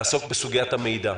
שתעסוק בסוגיית המידע.